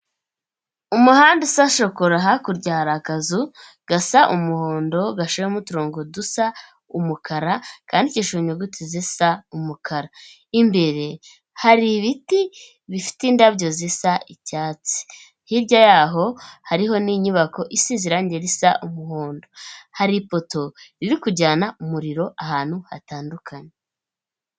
Umuhanda usa shokora, hakurya hari akazu gasa umuhondo gashoyemo uturongo dusa umukara, kandikishije inyuguti zisa umukara. Imbere hari ibiti bifite indabyo zisa icyatsi. Hirya ya ho hariho n'inyubako isize irangi risa umuhondo. Hari ipoto ririkujyana umuriro ahantu hatandukanye.